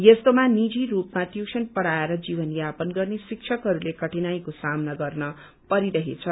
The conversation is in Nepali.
यस्तोमा नीजि रूपमा टयूशन बढ़ाएर जीवन यापन गर्ने शिक्षकहरूले कठिनाङ्को सामना गर्न परिरहेछ